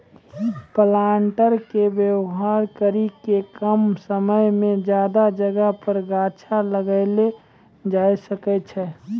planter के वेवहार करी के कम समय मे ज्यादा जगह पर गाछ लगैलो जाय सकै छै